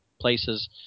places